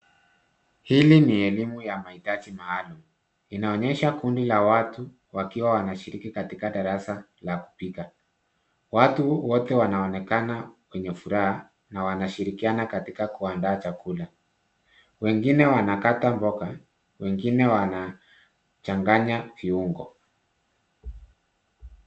Hili ni elimu ya mahitaji maalum, inaonyesha kundi la watu wakiwa wanashiriki katika darasa la kupika, watu wote wanaonekana wenye furaha na wanashirikiana katika kuandaa chakula, wengine wanakata mboga wengine wanachanganya viungo.